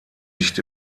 nicht